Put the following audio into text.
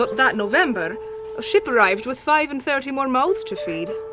but that november, a ship arrived with five and thirty more mouths to feed,